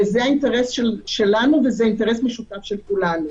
וזה אינטרס משותף של כולנו.